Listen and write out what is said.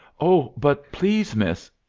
oh, but please, miss,